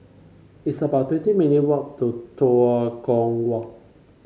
it's about twenty minute walk to Tua Kong Walk